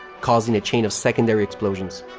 causing a chain of secondary explosions.